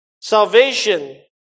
Salvation